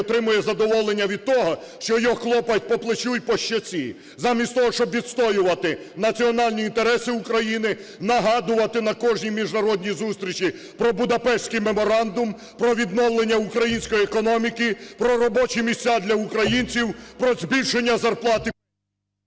отримує задоволення від того, що його хлопають по плечу і по щоці, замість того, щоб відстоювати національні інтереси України, нагадувати на кожній міжнародній зустрічі про Будапештський меморандум, про відновлення української економіки, про робочі місця для українців, про збільшення зарплат